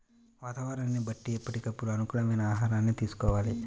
వాతావరణాన్ని బట్టి ఎప్పటికప్పుడు అనుకూలమైన ఆహారాన్ని తీసుకోవాలి